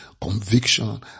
conviction